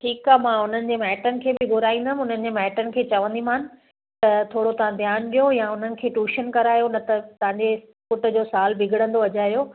ठीकु आहे मां उन्हनि जे माइटनि खे बि घुराईंदमि उन्हनि जे माइटनि खे चवंदीमान त थोरो तव्हां ध्यानु ॾियो या उन्हनि खे टूशन करायो न त तव्हांजे पुटु जो साल बिगिड़ंदो अजायो